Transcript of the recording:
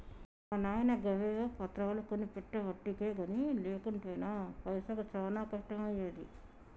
మా నాయిన గవేవో పత్రాలు కొనిపెట్టెవటికె గని లేకుంటెనా పైసకు చానా కష్టమయ్యేది